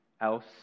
else